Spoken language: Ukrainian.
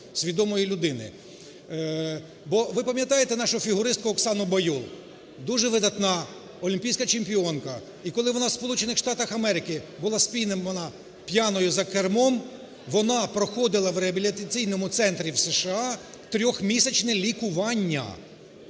свідомої людини. Бо ви пам'ятаєте нашу фігуристку Оксану Баюл? Дуже видатна олімпійська чемпіонка. І коли вона в Сполучених Штатах Америки була спіймана п'яною за кермом, вона проходила в реабілітаційному центрі в США 3-місячне лікування.